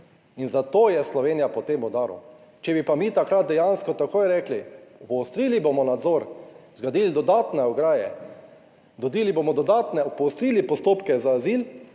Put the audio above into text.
In zato je Slovenija po tem udaru. Če bi pa mi takrat dejansko takoj rekli: "poostrili bomo nadzor, zgradili dodatne ograje, dobili bomo dodatne, poostrili postopke za azil",